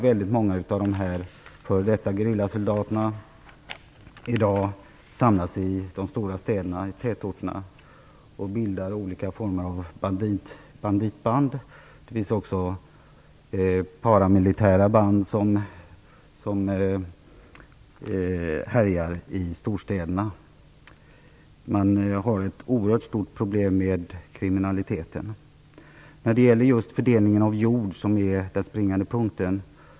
Väldigt många av de f.d. gerillasoldaterna samlas i dag i de stora städerna - i tätorterna - och bildar olika former av banditband. Det finns också paramilitära band som härjar i storstäderna. Man har ett oerhört stort problem i kriminaliteten. Fördelningen av jord är den springande punkten.